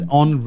on